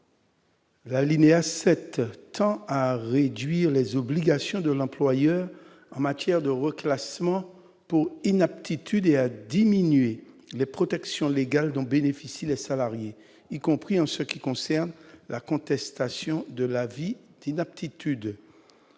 L'alinéa 7 tend à réduire les obligations de l'employeur en matière de reclassements pour inaptitude et à diminuer les protections légales donc bénéficier les salariés, y compris en ce qui concerne la contestation de l'avis d'inaptitude.